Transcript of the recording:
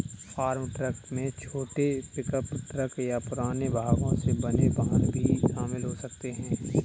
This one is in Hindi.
फार्म ट्रक में छोटे पिकअप ट्रक या पुराने भागों से बने वाहन भी शामिल हो सकते हैं